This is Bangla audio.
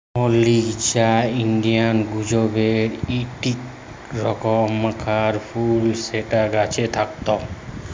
আমলকি বা ইন্ডিয়াল গুজবেরি ইকটি রকমকার ফুল যেটা গাছে থাক্যে